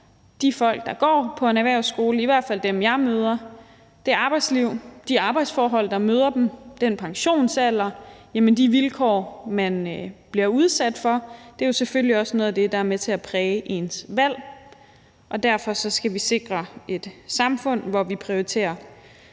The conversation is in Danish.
de folk, der går på en erhvervsskole – i hvert fald dem, jeg møder: det arbejdsliv og de arbejdsforhold, der møder dem, den pensionsalder, der møder dem, jamen de vilkår, de bliver udsat for. Det er selvfølgelig også noget af det, der er med til at præge ens valg, og derfor skal vi sikre et samfund, hvor vi helt generelt